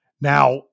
Now